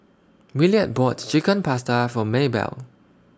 Williard bought Chicken Pasta For Maebell